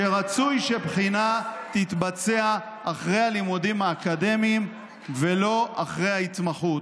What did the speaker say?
שרצוי שבחינה תתבצע אחרי הלימודים האקדמיים ולא אחרי ההתמחות.